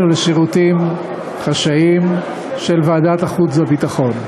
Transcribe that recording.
ושירותים חשאיים של ועדת החוץ והביטחון,